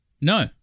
No